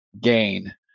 gain